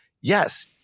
yes